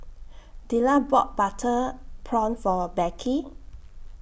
Della bought Butter Prawn For Beckie